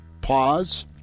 pause